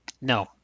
No